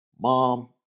mom